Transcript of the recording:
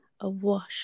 awash